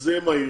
שזה יהיה מהיר,